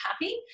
happy